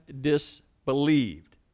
disbelieved